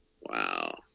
Wow